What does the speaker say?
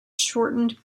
shortened